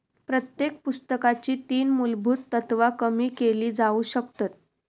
प्रत्येक पुस्तकाची तीन मुलभुत तत्त्वा कमी केली जाउ शकतत